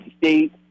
State